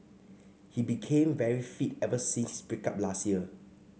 he became very fit ever since his break up last year